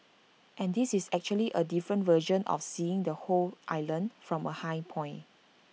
and this is actually A different version of seeing the whole island from A high point